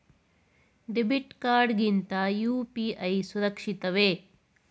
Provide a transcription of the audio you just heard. Debit card ಗಿಂತ UPI ಸುರಕ್ಷಿತವೇ?